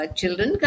children